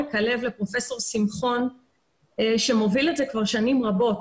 מעומק הלב לפרופסור שמחון שמוביל את זה כבר שנים רבות